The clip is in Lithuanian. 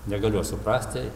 negaliu aš suprasti